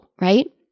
right